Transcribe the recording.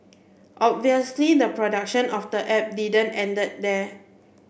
obviously the production of the app didn't end there